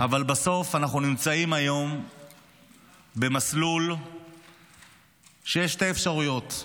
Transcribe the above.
אבל בסוף אנחנו נמצאים היום במסלול שיש שתי אפשרויות: